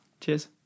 Cheers